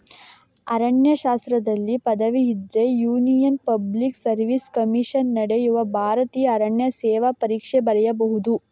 ಅರಣ್ಯಶಾಸ್ತ್ರದಲ್ಲಿ ಪದವಿ ಇದ್ರೆ union public service commission ನಡೆಸುವ ಭಾರತೀಯ ಅರಣ್ಯ ಸೇವೆ ಪರೀಕ್ಷೆ ಬರೀಬಹುದು